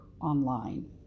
online